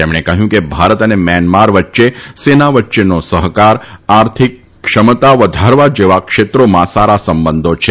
તેમણે કહ્યું કે ભારત અને મ્યાનમાર વચ્ચે સેના વચ્ચેનો સહકાર આર્થિક ક્ષમતા વધારવા જેવા ક્ષેત્રોમાં સારા સંબંધો છે